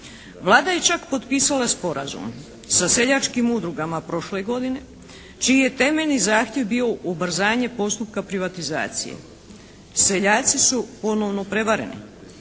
Vlada je čak potpisala sporazum sa seljačkim udrugama prošle godine čiji je temeljni zahtjev bio ubrzanje postupka privatizacije. Seljaci su ponovno prevareni.